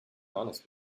honest